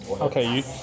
Okay